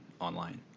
online